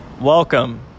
welcome